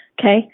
Okay